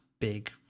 big